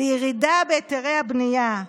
לירידה בהיתרי הבנייה,